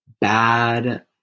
bad